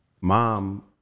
Mom